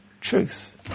truth